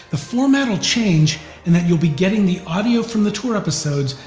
the format will change in that you'll be getting the audio from the tour episodes,